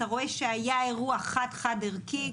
אתה רואה שהיה אירוע חד-חד ערכי,